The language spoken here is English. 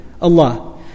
Allah